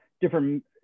different